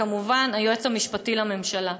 וכמובן היועץ המשפטי לממשלה.